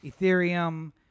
Ethereum